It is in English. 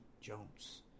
Jones